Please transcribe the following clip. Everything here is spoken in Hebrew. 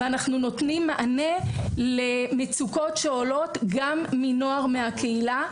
ואנחנו נותנים מענה למצוקות שעולות גם מנוער מהקהילה.